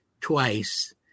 twice